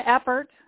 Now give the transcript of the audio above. effort